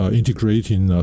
integrating